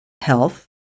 health